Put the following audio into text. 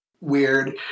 weird